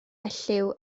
elliw